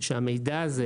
והמידע הזה,